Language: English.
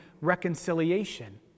reconciliation